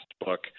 book